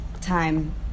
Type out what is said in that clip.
time